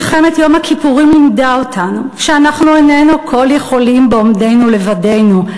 מלחמת יום הכיפורים לימדה אותנו שאנחנו איננו כול-יכולים בעומדנו לבדנו,